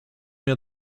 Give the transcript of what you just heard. mnie